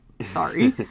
sorry